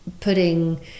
putting